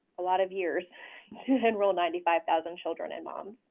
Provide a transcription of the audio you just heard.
a lot of years to enroll ninety five thousand children and moms.